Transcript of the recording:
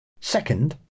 Second